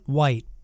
White